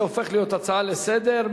זה הופך להיות הצעה לסדר-היום.